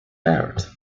heart